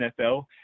NFL